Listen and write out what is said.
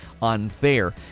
Unfair